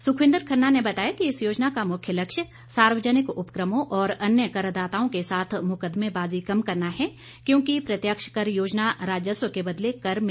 सुखविंदर खन्ना ने बताया कि इस योजना का मुख्य लक्ष्य सार्वजनिक उपक्रमों और अन्य करदाताओं के साथ मुक्कदमे बाजी कम करना है क्योंकि प्रत्यक्ष कर योजना राजस्व के बदले कर में राहत प्रदान करती है